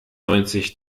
neunzig